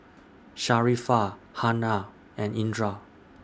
Sharifah Hana and Indra